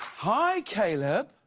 hi, caleb!